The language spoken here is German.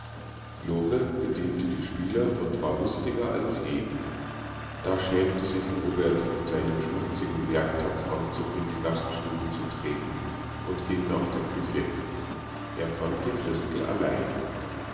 lore bediente die spieler und war lustiger als je da schämte sich robert in seinem schmutzigen werktagsanzug in die gaststube zu treten und ging nach der küche er fand die christel allein